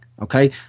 okay